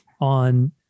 on